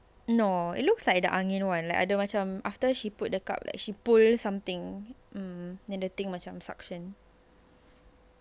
no it looks like the angin one like ada macam after she put the cup like she pull something mm then the thing macam suction